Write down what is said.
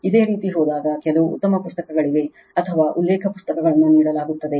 ಇದೇ ರೀತಿ ಹೋದಾಗ ಕೆಲವು ಉತ್ತಮ ಪುಸ್ತಕಗಳಿವೆ ಅಥವಾ ಉಲ್ಲೇಖ ಪುಸ್ತಕಗಳನ್ನು ನೀಡಲಾಗುತ್ತದೆ